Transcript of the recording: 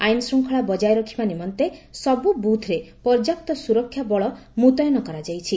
ଆଇନ ଶ୍ରଙ୍ଖଳା ବକାୟ ରଖିବା ନିମନ୍ତେ ସବୁ ବୁଥରେ ପର୍ଯ୍ୟାପ୍ତ ସୁରକ୍ଷା ବଳ ମୁତୟନ କରାଯାଇଛି